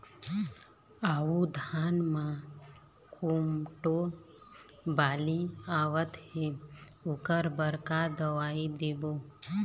अऊ धान म कोमटो बाली आवत हे ओकर बर का दवई देबो?